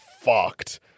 fucked